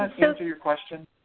that answer your question?